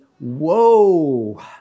whoa